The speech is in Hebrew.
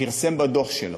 פרסם בדוח שלו,